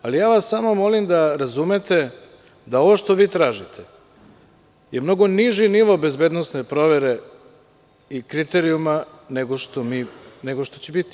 Samo vas molim da razumete da ovo što vi tražite je mnogo niži nivo bezbednosne provere i kriterijuma nego što će biti.